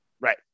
Right